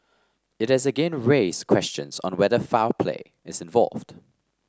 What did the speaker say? it has again raised questions on whether foul play is involved